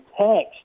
text